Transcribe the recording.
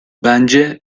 bence